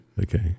Okay